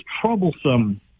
troublesome